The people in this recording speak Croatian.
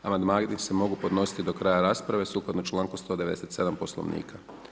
Amandman i se mogu podnositi do kraja rasprave, sukladno čl. 197 poslovnika.